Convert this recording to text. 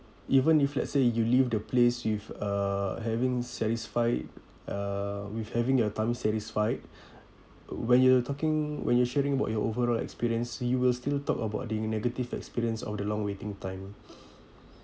even if let's say you leave the place with uh having satisfied uh with having your time satisfied when you're talking when you're sharing about your overall experience you will still talk about the negative experience of the long waiting time